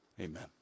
amen